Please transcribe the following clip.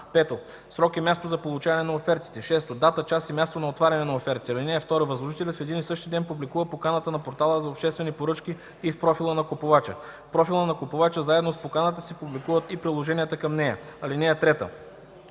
5. срок и място за получаване на офертите; 6. дата, час и място на отваряне на офертите. (2) Възложителят в един и същи ден публикува поканата на Портала за обществени поръчки и в профила на купувача. В профила на купувача заедно с поканата се публикуват и приложенията към нея. (3) В деня